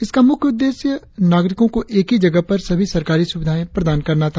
इस मुख्य उद्देश्य नागरिकों को एक ही जगह पर सभी सरकारी सुविधाएं प्रदान करना था